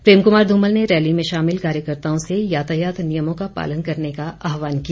प्रेम कमार ध्रमल ने रैली में शामिल कार्यकर्ताओं से यातायात नियमों का पालन करने का आहवान किया